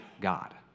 God